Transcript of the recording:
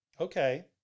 Okay